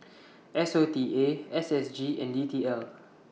S O T A S S G and D T L